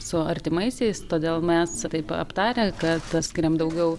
su artimaisiais todėl mes taip aptarę kad skiriam daugiau